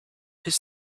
his